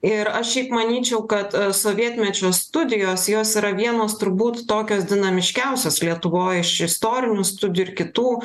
ir aš šiaip manyčiau kad sovietmečio studijos jos yra vienos turbūt tokios dinamiškiausios lietuvoj iš istorinių studijų ir kitų